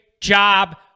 job